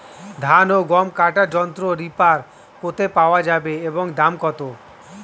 ধান ও গম কাটার যন্ত্র রিপার কোথায় পাওয়া যাবে এবং দাম কত?